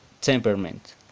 temperament